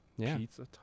Pizza